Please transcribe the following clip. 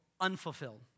unfulfilled